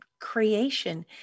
creation